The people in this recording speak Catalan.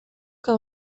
que